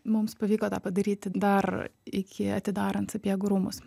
mums pavyko tą padaryti dar iki atidarant sapiegų rūmus